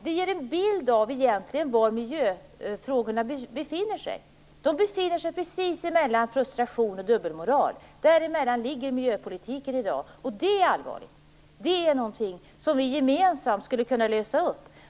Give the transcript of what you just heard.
Det ger egentligen en bild av var miljöfrågorna befinner sig. De befinner sig precis mellan frustration och dubbelmoral. Däremellan ligger miljöpolitiken i dag, och det är allvarligt. Det är någonting som vi gemensamt skulle kunna lösa upp.